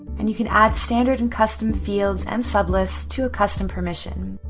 and you can add standard and custom fields and sublists to a custom permission.